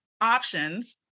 options